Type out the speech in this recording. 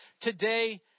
today